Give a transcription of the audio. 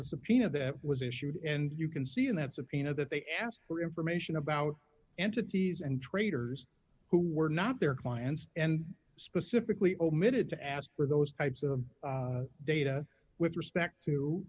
a subpoena that was issued and you can see in that subpoena that they asked for information about entities and traders who were not their clients and specifically omitted to ask for those types of data with respect to